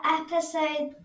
episode